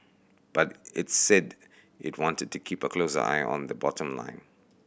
but it's said it wanted to keep a closer eye on the bottom line